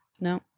no